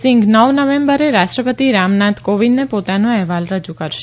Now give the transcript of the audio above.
સિંઘ નવ નવેમ્બરે રાષ્ટ્રપતિ રામનાથ કોવિંદને પોતાનો અહેવાલ રજૂ કરશે